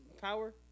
Power